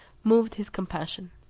moved his compassion.